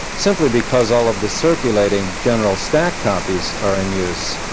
simply because all of the circulating general stack copies are in use.